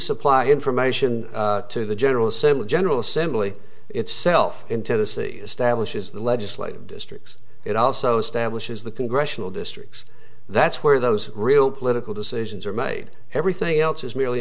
supply information to the general assembly general assembly itself in tennessee establishes the legislative districts it also establishes the congressional districts that's where those real political decisions are made everything else is merely